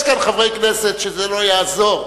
יש כאן חברי כנסת שזה לא יעזור,